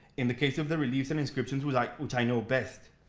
in the case of the reliefs and inscriptions which i which i know best,